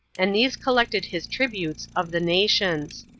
and these collected his tributes of the nations.